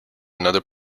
another